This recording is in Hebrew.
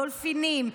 דולפינים,